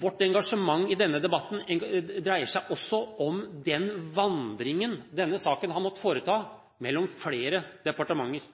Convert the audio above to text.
Vårt engasjement i denne debatten dreier seg også om den vandringen denne saken har måttet foreta mellom flere departementer: